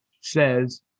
says